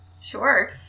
Sure